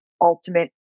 ultimate